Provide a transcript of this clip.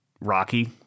Rocky